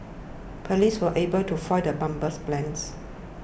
police were able to foil the bomber's plans